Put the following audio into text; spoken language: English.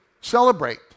celebrate